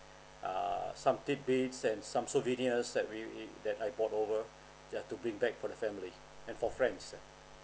err some titbits and some souvenirs that we we that I bought over ya to bring back for the family and for friends ah